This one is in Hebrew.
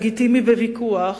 לגיטימי בוויכוח,